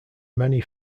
many